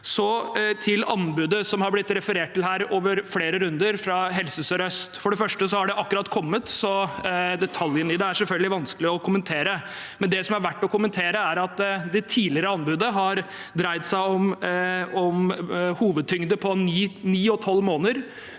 til anbudet, som er blitt referert til her over flere runder, fra Helse sør-øst: For det første har det akkurat kommet, så detaljene i det er selvfølgelig vanskelige å kommentere. Det som er verdt å kommentere, er at det tidligere anbudet har dreid seg om hovedtyngde på ni og tolv måneder.